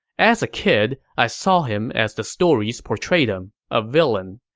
as a kid, i saw him as the stories portrayed him a villain.